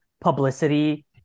publicity